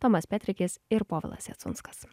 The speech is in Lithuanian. tomas petrikis ir povilas jacunskas